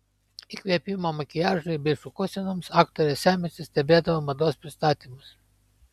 įkvėpimo makiažui bei šukuosenoms aktorė semiasi stebėdama mados pristatymus